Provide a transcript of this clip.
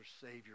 savior